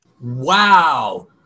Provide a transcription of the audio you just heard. Wow